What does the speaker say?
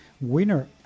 winner